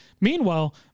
Meanwhile